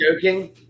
joking